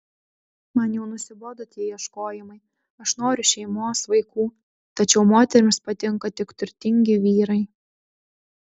man jau nusibodo tie ieškojimai aš noriu šeimos vaikų tačiau moterims patinka tik turtingi vyrai